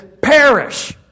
perish